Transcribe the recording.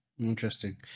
Interesting